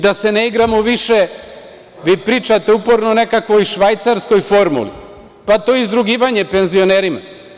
Da se ne igramo više, vi pričate uporno o nekakvoj švajcarskoj formuli, pa to je izrugivanje penzionerima.